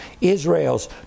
Israel's